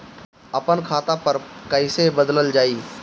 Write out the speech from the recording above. आपन खाता पर पता कईसे बदलल जाई?